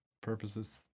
purposes